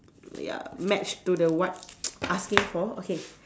ya match to the what asking for okay